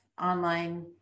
online